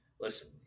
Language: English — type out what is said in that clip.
Listen